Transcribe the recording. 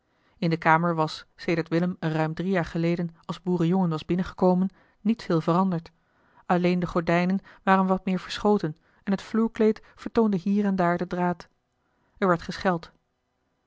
in de kamer was sedert willem er ruim drie jaar geleden als boerenjongen was binnengekomen niet veel veranderd alleen de gordijnen waren wat meer verschoten en het vloerkleed vertoonde hier en daar den draad er werd gescheld